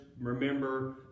remember